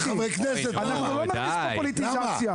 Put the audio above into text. אנחנו לא נכניס את הפוליטיזציה.